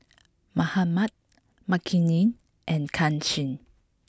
Mahatma Makineni and Kanshi